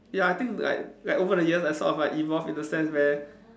ya I think like like over the years I sort of like evolve in the sense where